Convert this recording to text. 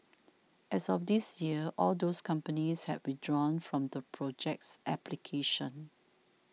as of this year all of those companies had withdrawn from the project's application